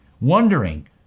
wondering